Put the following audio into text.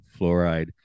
fluoride